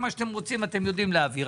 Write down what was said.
מה שאתם רוצים אתם יודעים להעביר.